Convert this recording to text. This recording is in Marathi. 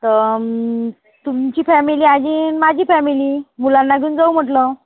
तर तुमची फॅमिली आणि माझी फॅमिली मुलांना घेऊन जाऊ म्हटलं